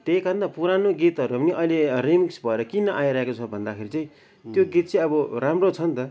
त्यही कारण त पुरानो गीतहरू पनि अहिले रिमिक्स भएर किन आइरहेेको छ भन्दाखेरि चाहिँ त्यो गीत चाहिँ अब राम्रो छ नि त